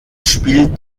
spielt